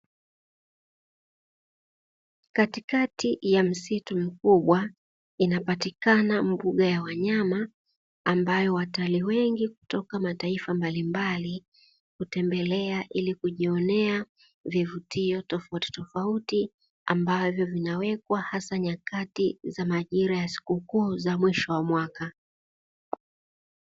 Katikati ya msitu mkubwa inapatikana mbuga ya wanyama ambayo watalii wengi kutoka mataifa mbalimbali kutembelea ili kujionea vivutio tofautitofauti, ambavyo vinawekwa hasa nyakati za majira ya sikukuu za mwisho wa mwaka.